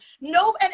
No